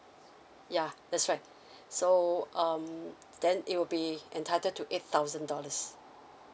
yeah that's right so um then he will be entitled to eight thousand dollars